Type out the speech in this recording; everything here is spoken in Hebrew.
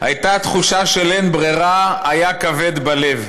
הייתה תחושה של אין ברירה, היה כבד בלב,